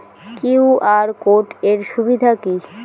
QR code এর সুবিধা কি?